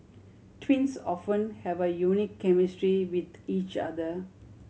twins often have a unique chemistry with each other